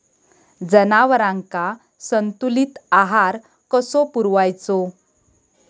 जनावरांका संतुलित आहार कसो पुरवायचो?